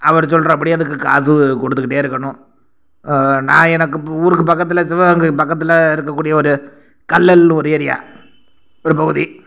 அவர் சொல்லுறபடி அதுக்கு காசு கொடுத்துக்கிட்டே இருக்கணும் நான் எனக்கு இப்போ ஊருக்கு பக்கத்தில் சிவகங்கைக்கு பக்கத்தில் இருக்கக்கூடிய ஒரு கள்ளல்னு ஒரு ஏரியா ஒரு பகுதி